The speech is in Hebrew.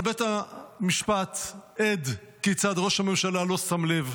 אבל בית המשפט עד כיצד ראש הממשלה לא שם לב.